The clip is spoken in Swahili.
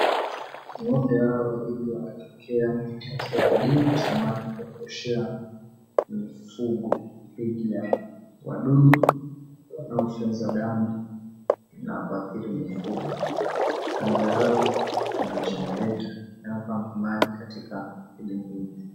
Ng'ombe hawa wawili, wanaotokea katika kidimbwi cha maji cha kuoshea mifugo, dhidi ya wadudu wanaofyonza damu na kuathiri mifugo. Kando yao kuna jenereta inayo pump maji katika kidimbwi hiki.